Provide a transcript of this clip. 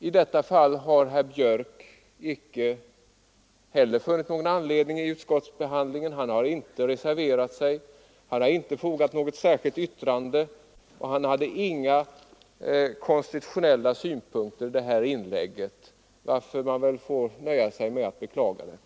I detta fall har herr Björck icke heller funnit någon anledning till uttalande i utskottsbehandlingen. Han har inte reserverat sig. Han har inte fogat något särskilt yttrande till denna punkt. Han hade inte heller i sitt inlägg här några konstitutionella synpunkter, varför man väl får nöja sig med att beklaga inlägget.